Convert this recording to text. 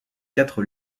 quatre